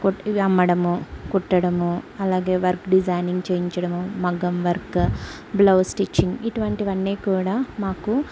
కుట్ అమ్మడము కుట్టడము అలాగే వర్క్ డిజైనింగ్ చేయించడము మగ్గం వర్క్ బ్లౌజ్ స్టిచ్చింగ్ ఇటువంటివి అన్నీ కూడా మాకు